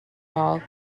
all